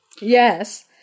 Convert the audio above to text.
Yes